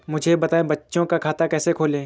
मुझे बताएँ बच्चों का खाता कैसे खोलें?